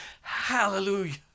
Hallelujah